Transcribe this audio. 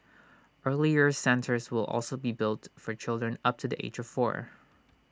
early years centres will also be built for children up to the age of four